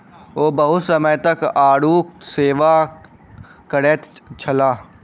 ओ बहुत समय तक आड़ूक सेवन करैत छलाह